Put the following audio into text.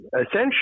essentially